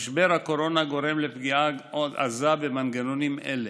משבר הקורונה גורם לפגיעה עזה במנגנונים אלה.